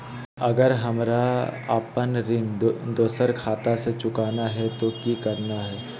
अगर हमरा अपन ऋण दोसर खाता से चुकाना है तो कि करना है?